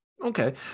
Okay